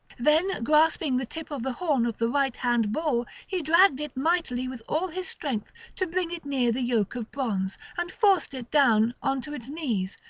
then grasping the tip of the horn of the right-hand bull, he dragged it mightily with all his strength to bring it near the yoke of bronze, and forced it down on to its knees,